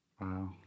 Wow